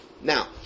Now